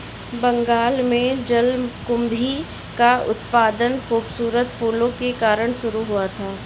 बंगाल में जलकुंभी का उत्पादन खूबसूरत फूलों के कारण शुरू हुआ था